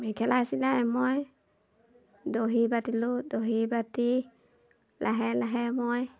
মেখেলা চিলাই মই দহি পাতিলোঁ দহি বাতি লাহে লাহে মই